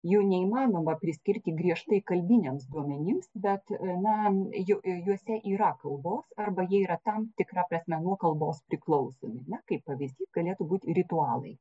jų neįmanoma priskirti griežtai kalbiniams duomenims bet na ju juose yra kalbos arba jie yra tam tikra prasme nuo kalbos priklausomi na kaip pavyzdys galėtų būti ritualai